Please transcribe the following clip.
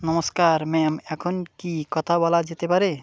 নমস্কার ম্যাম এখন কি কথা বলা যেতে পারে